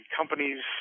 companies